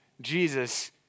Jesus